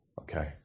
Okay